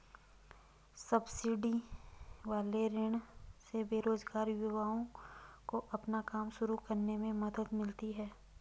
subsidy वाले ऋण से बेरोजगार युवाओं को अपना काम शुरू करने में मदद मिलती है